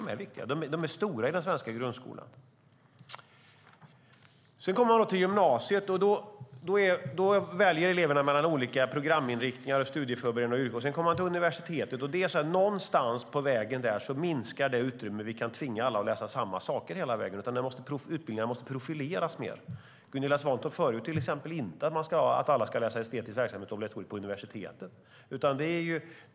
De är viktiga. De är stora i den svenska grundskolan. Sedan kommer man till gymnasiet. Då väljer eleverna mellan olika programinriktningar, studieförberedande och yrkesförberedande. Sedan kommer man till universitetet. Någonstans på vägen minskar det utrymme där vi kan tvinga alla att läsa samma saker. Utbildningarna måste profileras mer. Gunilla Svantorp föreslår till exempel inte att det ska vara obligatoriskt för alla att läsa estetisk verksamhet på universitetet.